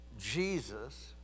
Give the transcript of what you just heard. Jesus